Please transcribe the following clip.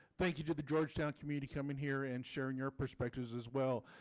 thank you to the georgetown community coming here and sharing your perspectives as well.